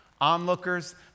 onlookers